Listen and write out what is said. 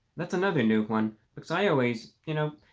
that's another new one because i always you know,